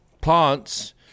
Plants